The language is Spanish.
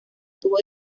tuvo